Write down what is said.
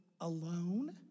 alone